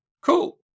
Cool